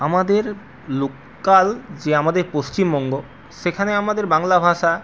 আমাদের লোকাল যে আমাদের পশ্চিমবঙ্গ সেখানে আমাদের বাংলা ভাষা